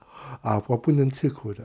啊我不能吃苦的